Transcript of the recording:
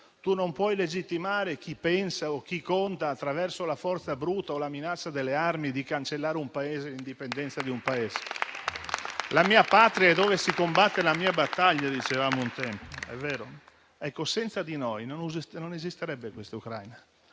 Non si può legittimare chi pensa o chi conta, attraverso la forza bruta o la minaccia delle armi, di cancellare un Paese e l'indipendenza di un Paese. La mia patria è dove si combatte la mia battaglia, dicevamo un tempo. È vero. Senza di noi, non esisterebbe, oggi, questa Ucraina